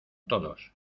todos